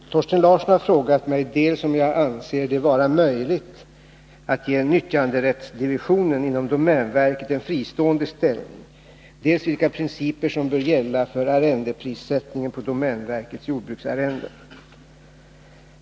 Herr talman! Thorsten Larsson har frågat mig dels om jag anser det vara möjligt att ge nyttjanderättsdivisionen inom domänverket en fristående ställning, dels vilka principer som bör gälla för arrendeprissättningen på domänverkets jordbruksarrenden.